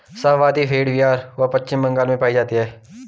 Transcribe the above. शाहाबादी भेड़ बिहार व पश्चिम बंगाल में पाई जाती हैं